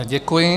Děkuji.